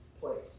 place